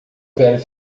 velho